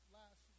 last